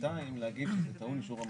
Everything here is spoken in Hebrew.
וב-2 להגיד שזה טעון אישור המועצה.